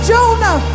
Jonah